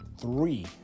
three